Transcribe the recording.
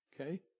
okay